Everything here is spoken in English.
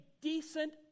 decent